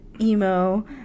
emo